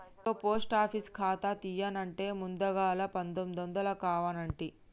ఇగో post office ఖాతా తీయన్నంటే ముందుగల పదొందలు కావనంటి